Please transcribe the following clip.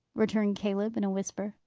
returned caleb in a whisper.